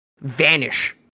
vanish